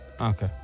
Okay